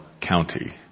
County